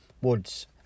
woods